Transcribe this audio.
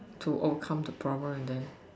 to overcome the problem and then